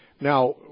Now